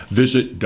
visit